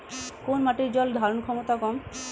কোন মাটির জল ধারণ ক্ষমতা কম?